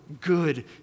good